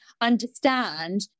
understand